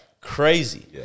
Crazy